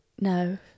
No